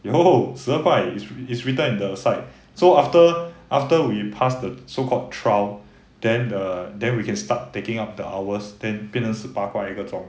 有十二块 is is written in the site so after after we pass the so called trial then the then we can start taking up the hours than 变成十八块一个钟